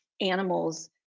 animals